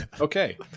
Okay